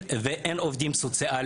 אין מספיק פסיכולוגים ועובדים סוציאליים